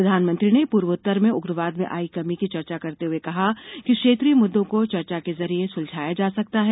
प्रधानमंत्री ने पूर्वोत्तर में उग्रवाद में आई कमी की चर्चा करते हुए कहा कि क्षेत्रीय मुद्दों को चर्चा के जरिए सुलझाया जा सकता है